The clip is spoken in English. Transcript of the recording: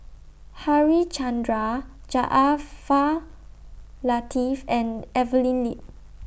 Harichandra Jaafar Latiff and Evelyn Lip